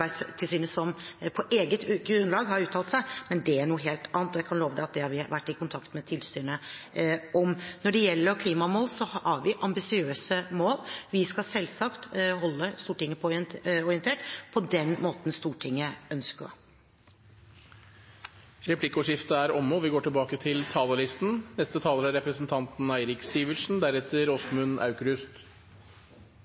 som på eget grunnlag har uttalt seg, men det er noe helt annet. Jeg kan love at det har vi vært i kontakt med tilsynet om. Når det gjelder klimamål, har vi ambisiøse mål. Vi skal selvsagt holde Stortinget orientert på den måten Stortinget ønsker. Replikkordskiftet er omme. Kl. 15.25 fredag 22. juli 2011 eksploderte en bombe i regjeringskvartalet. Åtte mennesker ble drept momentant, og